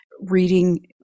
reading